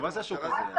מה זה השוק הזה?